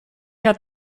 hat